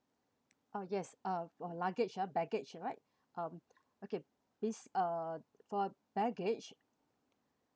oh yes uh your luggage uh baggage right um okay this uh for baggage